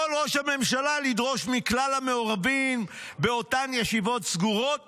יכול ראש הממשלה לדרוש מכלל המעורבים באותן ישיבות סגורות